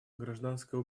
гражданское